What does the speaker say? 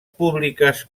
públiques